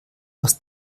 aus